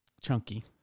chunky